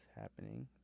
happening